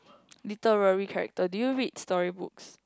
literary character do you read story books